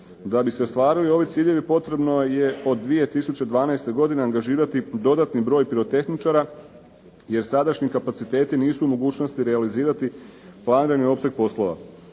Da bi se ostvarili ovi ciljevi potrebno je od 2012. godine angažirati dodatni broj pirotehničara, jer sadašnji kapaciteti nisu u mogućnosti realizirati planirani opseg poslova.